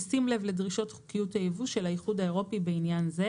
בשים לב לדרישות חוקיות היבוא של האיחוד האירופי בעניין זה.